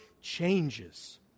changes